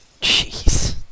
Jeez